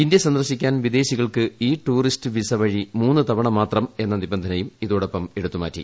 India സന്ദർശിക്കാൻ വിദേശികൾക്ക് e tourist visa വഴി മൂന്ന് തവണ മാത്രം എന്ന നിബന്ധനയും ഇതോടൊപ്പം എടുത്തുമാറ്റി